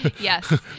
Yes